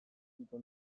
biziko